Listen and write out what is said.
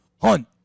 Hunt